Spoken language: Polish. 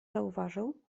zauważył